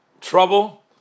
trouble